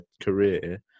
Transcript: career